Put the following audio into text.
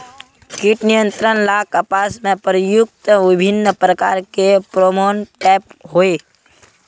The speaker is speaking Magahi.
कीट नियंत्रण ला कपास में प्रयुक्त विभिन्न प्रकार के फेरोमोनटैप होई?